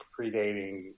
predating